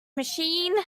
machine